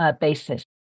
basis